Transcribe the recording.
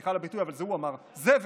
סליחה על הביטוי, אבל זה הוא אמר, "זבל.